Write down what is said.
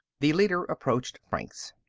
the leader approached franks.